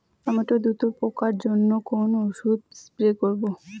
Tomato দ্রুত পাকার জন্য কোন ওষুধ স্প্রে করব?